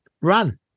run